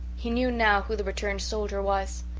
he knew now who the returned soldier was.